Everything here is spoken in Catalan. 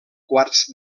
quarts